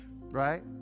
right